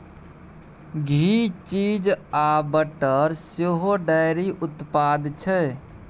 घी, cheese आ butter सेहो dairy उत्पाद छै